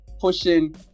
pushing